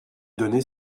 donner